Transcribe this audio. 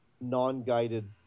non-guided